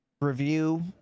review